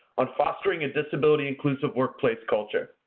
on fostering a disability inclusive workplace culture.